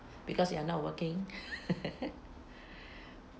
because you are not working